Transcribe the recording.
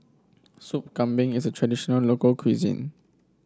Sop Kambing is a traditional local cuisine